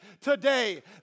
today